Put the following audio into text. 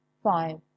five